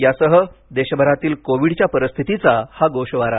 यासह देशभरातील कोविडच्या परिस्थितीचा हा गोषवारा